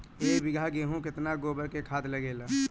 एक बीगहा गेहूं में केतना गोबर के खाद लागेला?